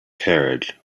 carriage